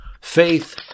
Faith